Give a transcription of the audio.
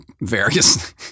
various